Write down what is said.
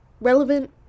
relevant